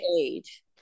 age